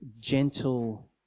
gentle